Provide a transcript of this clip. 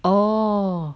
oh